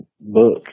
book